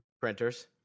printers